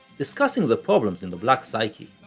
discussing the problems in the black psyche.